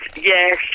Yes